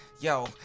yo